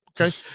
okay